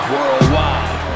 Worldwide